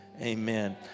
amen